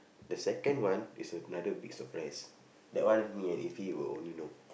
the second one is another big surprise that one me and Iffy will only know